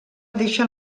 deixa